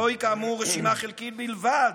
כאמור, זוהי רשימה חלקית בלבד